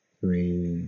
three